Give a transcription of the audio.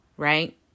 right